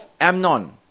Amnon